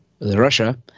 Russia